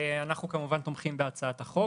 אנחנו כמובן תומכים בהצעת החוק.